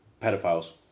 pedophiles